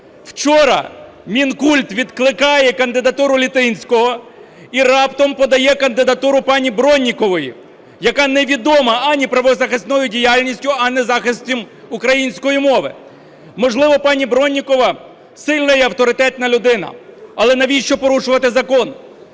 Вчора Мінкульт відкликає кандидатуру Літинського і раптом подає кандидатуру пані Броннікової, яка не відома ані правозахисною діяльністю, ані захистом української мови. Можливо, пані Броннікова сильна і авторитетна людина. Але навіщо порушувати закон?